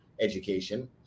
education